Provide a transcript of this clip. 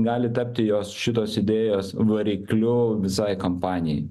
gali tapti jos šitos idėjos varikliu visai kampanijai